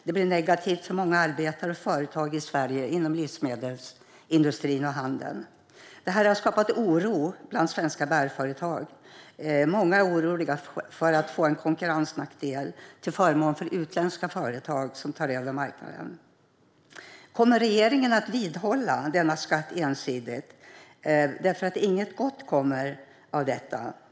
Det blir negativt för många arbetare och för företag i Sverige inom livsmedelsindustrin och handeln. Det här har skapat oro bland svenska bärföretag. Många är oroliga för att få en konkurrensnackdel till förmån för utländska företag som tar över marknaden. Kommer regeringen att vidhålla denna ensidiga skatt? Inget gott kommer av detta.